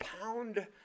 pound